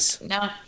No